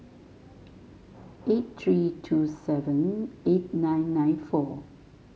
eight three two seven eight nine nine four